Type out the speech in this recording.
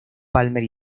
palmer